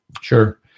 Sure